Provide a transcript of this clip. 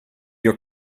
your